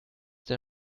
der